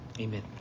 Amen